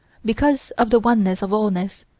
because of the oneness of allness,